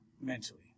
mentally